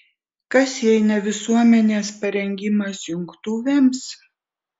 kas jei ne visuomenės parengimas jungtuvėms